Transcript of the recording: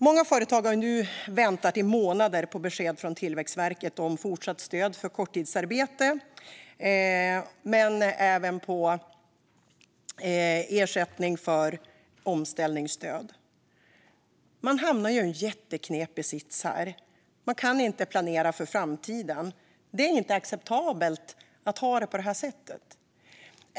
Många företag har nu väntat i månader på besked från Tillväxtverket om fortsatt stöd för korttidsarbete men även ersättning för omställningsstöd. Man hamnar i en jätteknepig sits här. Man kan inte planera för framtiden. Det är inte acceptabelt att ha det på det sättet.